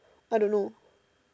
I don't know